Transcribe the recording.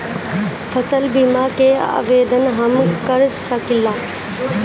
फसल बीमा के आवेदन हम कर सकिला?